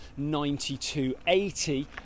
92.80